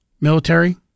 military